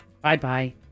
Bye-bye